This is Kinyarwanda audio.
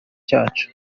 cyacu